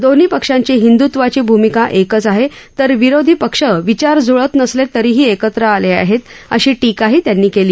दोन्ही पक्षांची हिंदुत्वाची भूमिका एकच आहे तर विरोधी पक्ष विचार जुळत नसले तरीही एकत्र आले आहेत अशी टीकाही त्यांनी केली